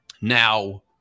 now